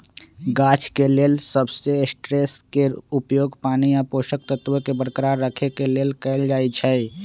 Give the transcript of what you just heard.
गाछ के लेल सबस्ट्रेट्सके उपयोग पानी आ पोषक तत्वोंके बरकरार रखेके लेल कएल जाइ छइ